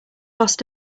lost